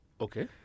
Okay